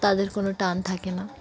তাদের কোনো টান থাকে না